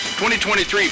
2023